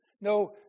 no